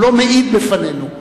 הוא לא מעיד בפנינו.